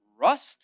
Rust